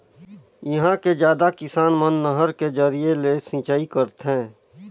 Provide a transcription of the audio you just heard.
इहां के जादा किसान मन नहर के जरिए ले सिंचई करथे